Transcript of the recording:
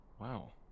Wow